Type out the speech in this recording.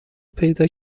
پیدا